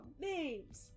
names